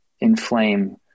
inflame